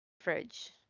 fridge